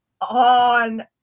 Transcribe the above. on